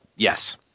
Yes